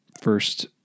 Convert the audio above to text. first